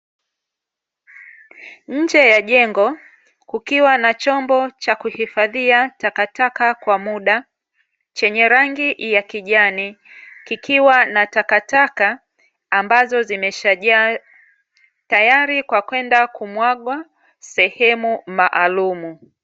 Nje ya jengo kukiwa na chombo cha kuhifadhia takataka kwa muda, chenye rangi ya kijani kikiwa na takataka ambazo zimeshajaa, tayari kwa kwenda kumwagwa sehemu maalumu.